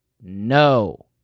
No